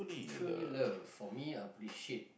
truly love for me I'll appreciate